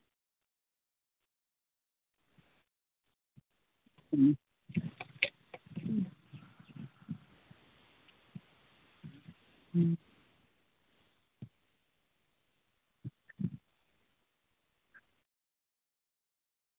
ᱦᱩᱸ ᱦᱩᱸ